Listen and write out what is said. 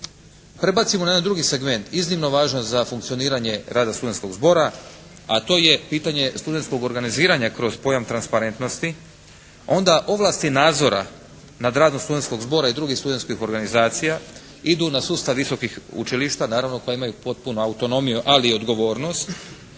prebacimo na drugi segment iznimno važna za funkcioniranje rada studentskog zbora, a to je pitanje studentskog organiziranja kroz pojam transparentnosti, onda ovlasti nadzora nad radom studentskog zbora i drugih studentskih organizacija idu na sustav visokih učilišta, naravno koja imaju potpunu autonomiju, ali i odgovornost